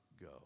go